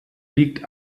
liegt